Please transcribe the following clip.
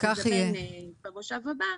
יתכן במושב הבא,